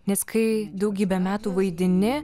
nes kai daugybę metų vaidini